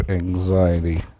anxiety